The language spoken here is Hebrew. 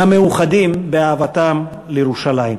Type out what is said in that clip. המאוחדים באהבתם לירושלים.